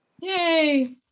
Yay